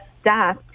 staff